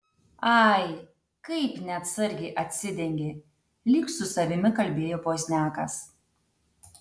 ai kaip neatsargiai atsidengė lyg su savimi kalbėjo pozniakas